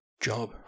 job